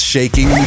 Shaking